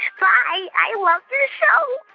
i i love your show